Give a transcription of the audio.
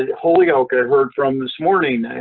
holyoke, i heard from this morning,